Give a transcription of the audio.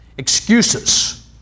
Excuses